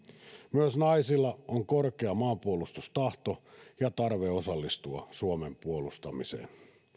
myös naisilla on korkea maanpuolustustahto ja tarve osallistua suomen puolustamiseen